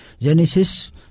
Genesis